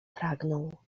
pragnął